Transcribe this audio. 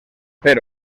fer